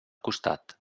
costat